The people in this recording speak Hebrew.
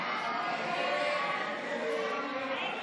ההצעה להעביר את הצעת חוק סמכויות מיוחדות להתמודדות